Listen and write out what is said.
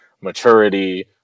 maturity